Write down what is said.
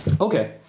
Okay